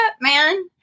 man